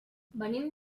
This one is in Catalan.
venim